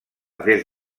des